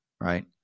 right